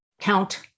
count